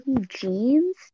jeans